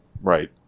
Right